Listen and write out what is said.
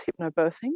Hypnobirthing